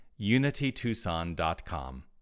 unitytucson.com